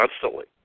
constantly